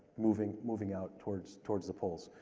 moving moving out towards towards the poles.